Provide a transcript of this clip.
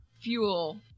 fuel